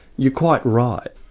you're quite right.